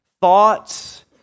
thoughts